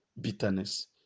bitterness